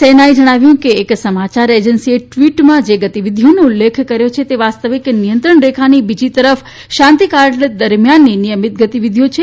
સેનાએ જણાવ્યું છે કે એક સમાયાર એજન્સીએ ટવીટમાં જે ગતિવિધિઓનો ઉલ્લેખ કર્યો તે વાસ્તવિક નિયંત્રણ રેખાની બીજી તરફ શાંતીકાળ દરમિયાન નિયમિત ગતિવિધિઓ છે